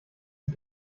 sie